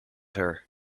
her